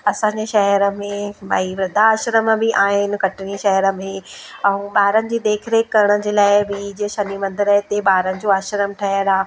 असांजे शहर में भई वृद्ध आश्रम बि आहिनि कटनी शहर में ऐं ॿारनि जी देख रेख करण जे लाइ बि जीअं शनि मंदर ते ॿारनि जो आश्रम ठहियल आहे